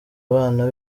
abana